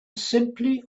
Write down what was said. simply